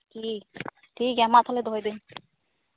ᱴᱷᱤᱠ ᱴᱷᱤᱠᱜᱮᱭᱟ ᱢᱟ ᱛᱟᱞᱚᱦᱮ ᱫᱚᱦᱚᱭ ᱫᱟᱹᱧ